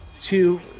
two